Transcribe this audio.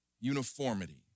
uniformity